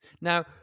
Now